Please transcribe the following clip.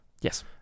Yes